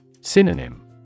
Synonym